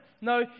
No